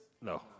No